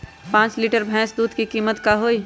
पाँच लीटर भेस दूध के कीमत का होई?